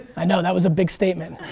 i know that was a big statement.